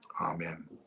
Amen